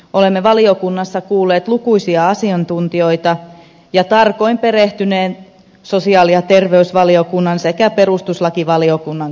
olemme valiokunnassa kuulleet lukuisia asiantuntijoita ja tarkoin perehtyneet sosiaali ja terveysvaliokunnan sekä perustuslakivaliokunnan kantoihin